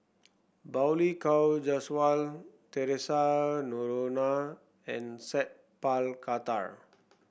Balli Kaur Jaswal Theresa Noronha and Sat Pal Khattar